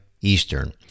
Eastern